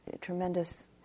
tremendous